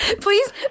Please